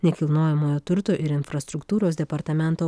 nekilnojamojo turto ir infrastruktūros departamento